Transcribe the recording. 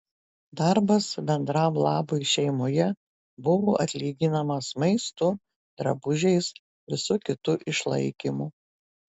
darbas bendram labui šeimoje buvo atlyginamas maistu drabužiais visu kitu išlaikymu